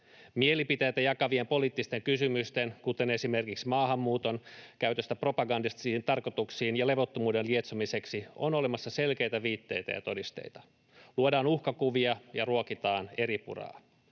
Mielipiteitä jakavien poliittisten kysymysten, kuten esimerkiksi maahanmuuton, käytöstä propagandistisiin tarkoituksiin ja levottomuuden lietsomiseksi on olemassa selkeitä viitteitä ja todisteita. Luodaan uhkakuvia ja ruokitaan eripuraa.